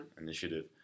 initiative